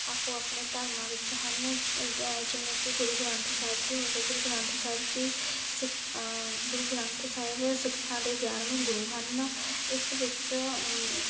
ਆਪੋ ਆਪਣੇ ਧਰਮਾਂ ਵਿੱਚ ਹਨ ਜਿਵੇਂ ਕਿ ਗੁਰੂ ਗ੍ਰੰਥ ਸਾਹਿਬ ਜੀ ਹੋ ਗਏ ਗੁਰੂ ਗ੍ਰੰਥ ਸਾਹਿਬ ਜੀ ਸਿ ਗੁਰੂ ਗ੍ਰੰਥ ਸਾਹਿਬ ਸਿੱਖਾਂ ਦੇ ਗਿਆਰ੍ਹਵੇਂ ਗੁਰੂ ਹਨ ਇਸ ਵਿੱਚ